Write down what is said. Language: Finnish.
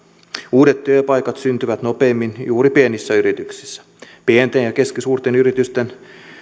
uudet työpaikat syntyvät nopeimmin juuri pienissä yrityksissä pienten ja keskisuurten yritysten